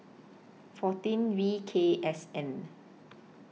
fourteen V K S N